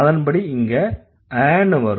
அதன்படி இங்க a னு வரும்